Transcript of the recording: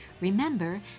Remember